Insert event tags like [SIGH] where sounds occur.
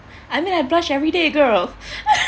I mean I blushed everyday girl [LAUGHS]